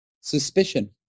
suspicion